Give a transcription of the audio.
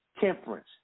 temperance